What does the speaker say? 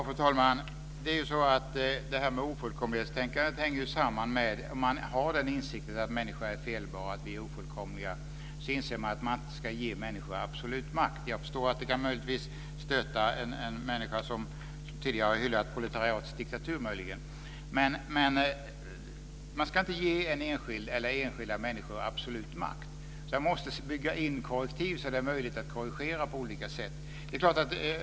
Fru talman! Det här med ofullkomlighetstänkandet hänger ju samman. Om man har den insikten att människor är felbara och ofullkomliga inser man att man inte ska ge människor absolut makt. Jag förstår att det möjligtvis kan stöta en människa som tidigare har hyllat proletariatets diktatur. Man ska inte ge enskilda människor absolut makt. Man måste bygga in korrektiv så att det är möjligt att korrigera på olika sätt.